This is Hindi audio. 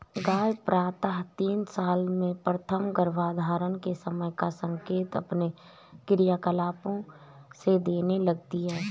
गाय प्रायः तीन साल में प्रथम गर्भधारण के समय का संकेत अपने क्रियाकलापों से देने लगती हैं